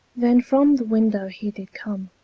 then from the window he did come,